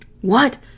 What